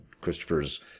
Christopher's